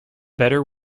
better